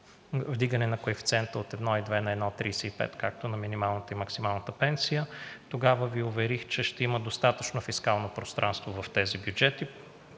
вдигане на коефициента от 1,2 на 1,35 – както на минималната, и на максималната пенсия, тогава Ви уверих, че ще има достатъчно фискално пространство в тези бюджети.